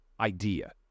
idea